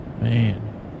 Man